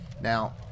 now